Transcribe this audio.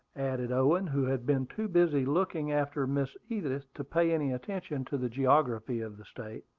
added owen, who had been too busy looking after miss edith to pay any attention to the geography of the state.